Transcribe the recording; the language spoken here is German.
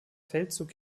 feldzug